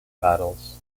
battles